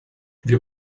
wir